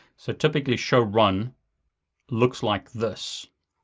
so typically, show run looks like this.